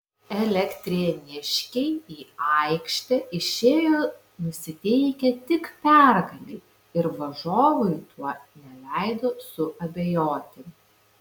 elektrėniškiai į aikštę išėjo nusiteikę tik pergalei ir varžovui tuo neleido suabejoti